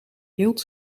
hield